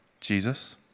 Jesus